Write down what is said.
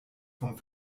vom